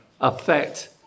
affect